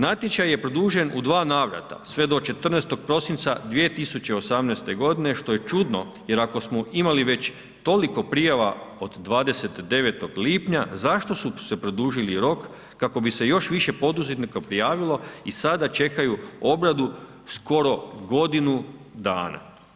Natječaj je produžen u dva navrata sve do 14. prosinca 2018. godine što je čudno jer ako smo imali već toliko prijava od 29. lipnja zašto su se produžili rok kako bi se još više poduzetnika prijavilo i sada čekaju obradu skoro godinu dana.